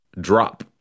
Drop